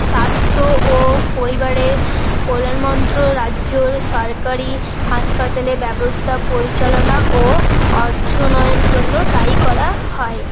স্বাস্থ্য ও পরিবারের কল্যাণমন্ত্রক রাজ্যর সরকারি হাসপাতালে ব্যবস্থা পরিচালনা ও অর্থ জন্য দায়ী করা হয়